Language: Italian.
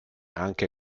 anche